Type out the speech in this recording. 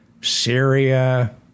Syria